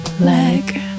Leg